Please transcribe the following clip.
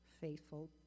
faithful